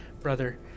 Brother